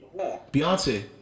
Beyonce